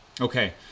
Okay